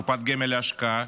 קופת גמל להשקעה,